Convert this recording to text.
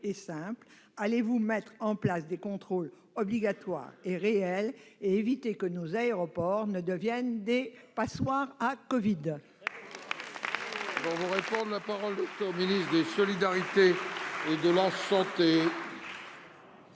simple : allez-vous mettre en place des contrôles obligatoires et réels, afin d'éviter que nos aéroports ne deviennent des passoires à covid ?